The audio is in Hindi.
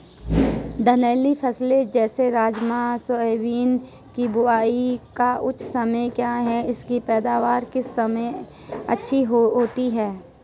दलहनी फसलें जैसे राजमा सोयाबीन के बुआई का उचित समय क्या है इसकी पैदावार किस समय अच्छी होती है?